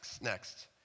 Next